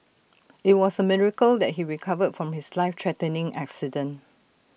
IT was A miracle that he recovered from his life threatening accident